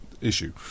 issue